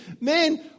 Man